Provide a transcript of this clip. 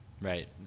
Right